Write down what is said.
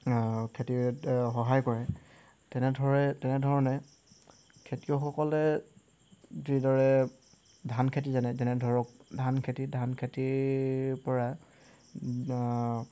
খেতিত সহায় কৰে তেনেধৰে তেনেধৰণে খেতিয়কসকলে যিদৰে ধান খেতি জানে যেনে ধৰক ধান খেতি ধান খেতিৰপৰা